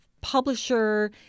publisher